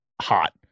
hot